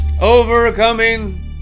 Overcoming